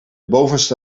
bovenste